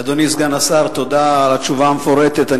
אדוני סגן השר, תודה על התשובה המפורטת.